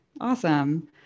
Awesome